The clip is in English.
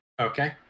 Okay